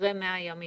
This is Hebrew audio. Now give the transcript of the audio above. אחרי 100 ימים.